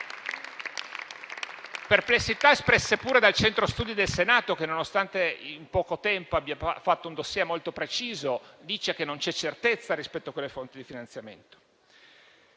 sono state espresse pure dal Centro studi del Senato che, nonostante in poco tempo abbia fatto un *dossier* molto preciso, dice che non c'è certezza rispetto a quelle fonti di finanziamento.